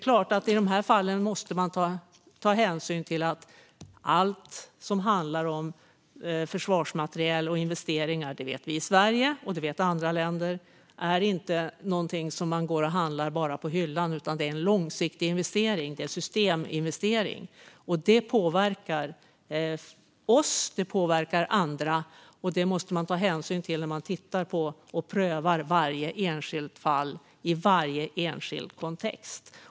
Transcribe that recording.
I dessa fall måste man naturligtvis ta hänsyn till att allt som handlar om försvarsmateriel och investeringar - det vet vi i Sverige, och det vet andra länder - inte är någonting som man bara går och handlar på hyllan. Det är en långsiktig investering. Det är en systeminvestering. Det påverkar oss och det påverkar andra, och det måste man ta hänsyn till när man tittar på och prövar varje enskilt fall i varje enskild kontext.